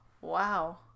Wow